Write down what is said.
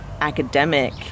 academic